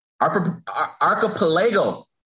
archipelago